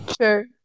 Sure